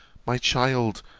my child!